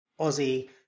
Aussie